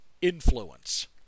influence